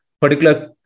particular